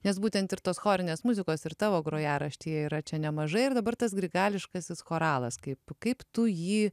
nes būtent ir tos chorinės muzikos ir tavo grojaraštyje yra čia nemažai ir dabar tas grigališkasis choralas kaip kaip tu jį